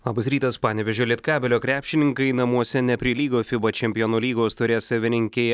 labas rytas panevėžio lietkabelio krepšininkai namuose neprilygo fiba čempionų lygos taurės savininkei